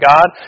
God